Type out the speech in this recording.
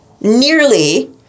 nearly